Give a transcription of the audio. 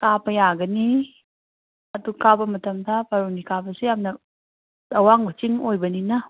ꯀꯥꯕ ꯌꯥꯒꯅꯤ ꯑꯗꯨ ꯀꯥꯕ ꯃꯇꯝꯗ ꯕꯥꯔꯨꯅꯤ ꯀꯥꯕꯁꯨ ꯌꯥꯝꯅ ꯑꯋꯥꯡꯕ ꯆꯤꯡ ꯑꯣꯏꯕꯅꯤꯅ